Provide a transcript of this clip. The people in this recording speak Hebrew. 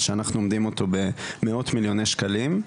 שאנחנו אומדים אותו במאות מיליוני שקלים.